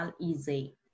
easy